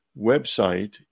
website